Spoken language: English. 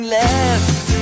left